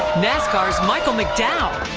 nascar's michael mcdowell.